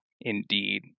indeed